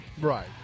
Right